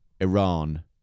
Iran